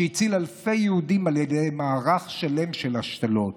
שהציל אלפי יהודים על ידי מערך שלם של השתלות